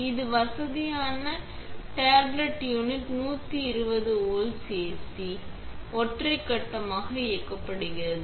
இந்த வசதியான tablet unit 120 volts AC ஒற்றை கட்டமாக இயக்கப்படுகிறது